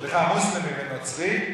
סליחה, מוסלמי ונוצרי,